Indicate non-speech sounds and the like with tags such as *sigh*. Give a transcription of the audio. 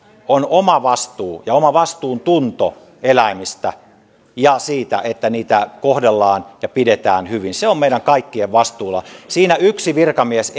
on oma vastuu ja oma vastuuntunto eläimistä ja siitä että niitä kohdellaan ja pidetään hyvin se on meidän kaikkien vastuulla siinä yksi virkamies *unintelligible*